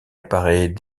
apparaît